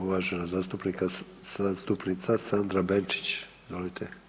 Uvažena zastupnica Sandra Benčić, izvolite.